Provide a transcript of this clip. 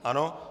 Ano?